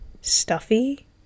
stuffy